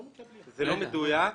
לא מדויק,